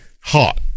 hot